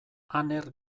aner